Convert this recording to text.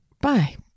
bye